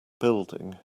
building